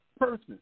person